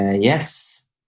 Yes